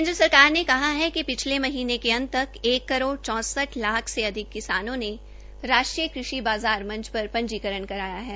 केन्द्र सरकार ने कहा है कि पिछले महीने के अंत तक एक करोड़ चौंसठ लाख से अधिक किसानों ने राष्ट्रीय कृषि बाज़ार मंच पर पंजीकरण कराया है